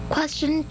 Question